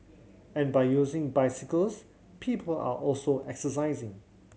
and by using bicycles people are also exercising